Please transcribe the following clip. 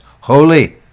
holy